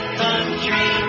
country